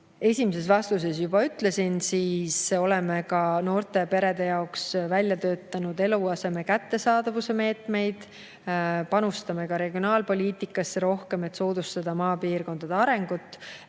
esimeses vastuses juba ütlesin, me oleme ka noorte perede jaoks välja töötanud eluaseme kättesaadavuse meetmeid. Panustame ka regionaalpoliitikasse rohkem, et soodustada maapiirkondade arengut,